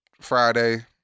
Friday